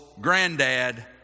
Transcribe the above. granddad